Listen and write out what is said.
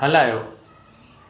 हलायो